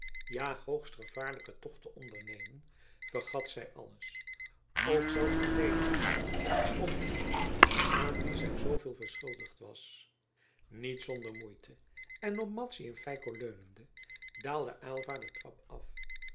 ja hoogst gevaarlijken tocht te ondernemen vergat zij alles ook zelfs den teedergeliefde om hem aan wien zij zooveel verschuldigd was niet zonder moeite en op madzy en feiko leunende daalde aylva de trap af